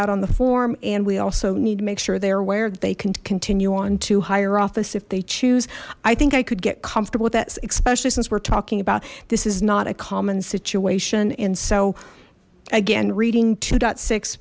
out on the form and we also need to make sure they're aware that they can continue on to higher office if they choose i think i could get comfortable with that especially since we're talking about this is not a common situation and so again reading